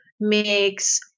makes